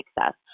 success